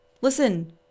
listen